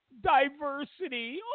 diversity